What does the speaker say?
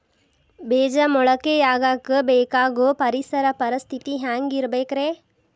ಬೇಜ ಮೊಳಕೆಯಾಗಕ ಬೇಕಾಗೋ ಪರಿಸರ ಪರಿಸ್ಥಿತಿ ಹ್ಯಾಂಗಿರಬೇಕರೇ?